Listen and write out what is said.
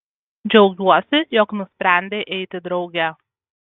džiaugiuosi jog nusprendei eiti drauge